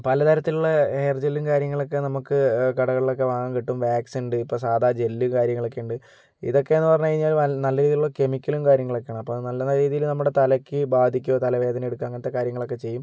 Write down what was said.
പല തരത്തിലുള്ള ഹെയർ ജെല്ലും കാര്യങ്ങളൊക്കെ നമുക്ക് കടകളിലൊക്കെ വാങ്ങാൻ കിട്ടും വാക്സുണ്ട് ഇപ്പോൾ സാധാ ജെല്ല് കാര്യങ്ങളൊക്കെയുണ്ട് ഇതൊക്കേന്ന് പറഞ്ഞ് കഴിഞ്ഞാല് നല്ല രീതിയില് കെമിക്കലും കാര്യങ്ങളൊക്കെയാണ് അപ്പം നല്ല രീതിയില് നമ്മുടെ തലയ്ക്ക് ബാധിക്കും തല വേദന എടുക്കും അങ്ങനത്തെ കാര്യങ്ങളൊക്കെ ചെയ്യും